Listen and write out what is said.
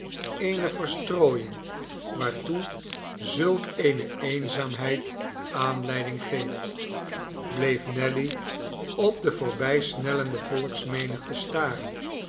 eene verstrooiing waartoe zulk eene eenzaamheid aanleiding geeft bleef nelly op de voorbij snellende volksmenigte staren